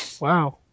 Wow